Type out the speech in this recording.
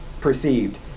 perceived